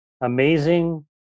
Amazing